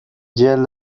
جلد